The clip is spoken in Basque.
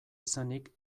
izanik